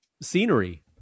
scenery